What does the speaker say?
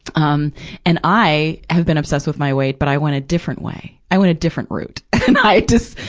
um and i have been obsessed with my weight, but i went a different way. i went a different route. and i just,